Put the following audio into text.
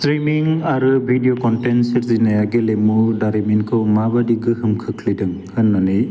streaming आरो video contents सोरजिनाया गेलेमु दारिमिनखौ माबादि गोहोम खोख्लैदों होन्नानै